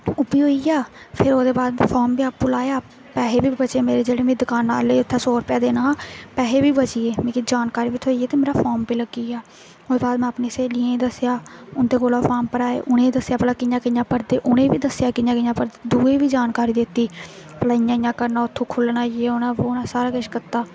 उब्बी होई गेआ फिर ओहदे बाद फार्म बी आपूं लाया पैहे बी बचे मेरे जेह्ड़े मीं दकानै आह्ले गी उत्थें सौ रपेआ देना हा पैहे बी बची गे ते मिगी जानकारी बी थ्होई गेई ते मेरा फार्म बी लग्गी गेआ ओह्दे बाद में अपनी स्हेलियें गी दस्सेआ उ'न्दे कोला फार्म भराए उ'नेंगी दस्सेआ भला कि'यां कियां भरदे उ'नेंगी बी दस्सेआ कि'यां कि'यां भरदे दूए गी बी जानकारी दित्ती भलां इ'यां इ'यां करना उत्थूं खुल्लना इ'यां होना बो होना सारा किश कीता